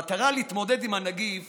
במטרה להתמודד עם הנגיף